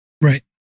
right